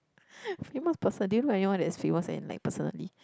famous person do you know anyone that is famous and like personally